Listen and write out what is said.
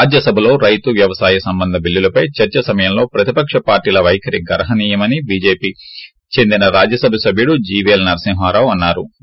రాజ్యసభలో రైతు వ్యవసాయ సంబంధ బిల్లులపై చర్స సమయంలో ప్రతిపక్ష పార్టీల వైఖరి గర్ఞనీయమని బిజెపికి చెందిన రాజ్యసభ సభ్యుడు జీవీఎల్ నరసింహారావు అన్నా రు